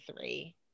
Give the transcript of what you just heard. three